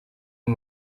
uyu